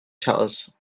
shutters